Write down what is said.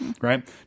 right